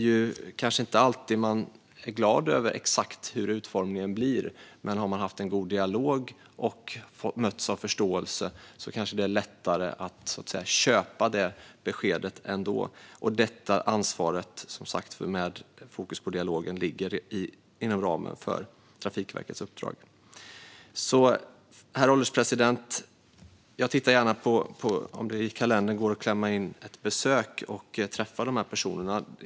Man kanske inte alltid är glad över exakt hur utformningen blir, men om man har haft en god dialog och mötts av förståelse kanske det är lättare att köpa beskedet. Detta ansvar, med fokus på dialog, ligger som sagt inom ramen för Trafikverkets uppdrag. Herr ålderspresident! Jag tittar gärna i kalendern för att se om det går att klämma in ett besök för att träffa de här personerna.